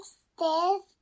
stairs